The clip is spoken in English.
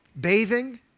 bathing